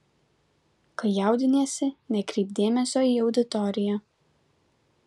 kai jaudiniesi nekreipk dėmesio į auditoriją